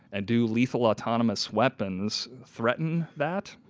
and do legal autonomous weapons threaten that?